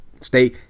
Stay